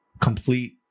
complete